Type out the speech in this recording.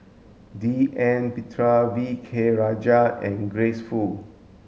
D N V K Rajah and Grace Fu